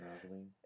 Traveling